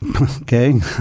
Okay